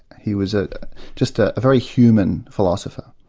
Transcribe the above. he was ah just ah a very human philosopher.